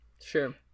sure